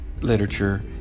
literature